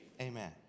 Amen